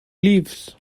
leaves